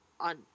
on